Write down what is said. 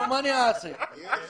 אני